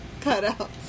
cutouts